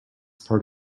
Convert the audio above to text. part